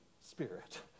Spirit